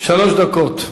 שלוש דקות,